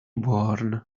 barn